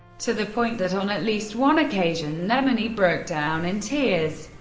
to the point that, on at least one occasion, nemenyi broke down in tears.